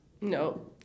No